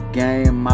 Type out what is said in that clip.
game